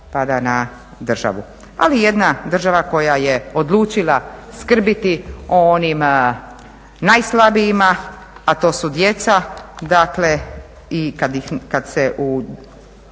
pada na državu. Ali jedna država koja je odlučila skrbiti o onim najslabijima, a to su djeca, dakle i kad se na